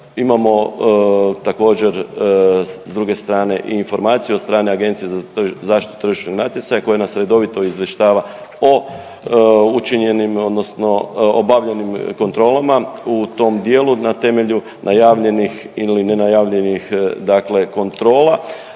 Imamo također s druge strane i informaciju od strane Agencije za zaštitu tržišnog natjecanja koja nas redovito izvještava o učinjenim odnosno obavljenim kontrolama u tom dijelu na temelju najavljenih ili ne najavljenih dakle